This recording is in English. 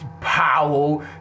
Powell